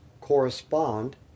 correspond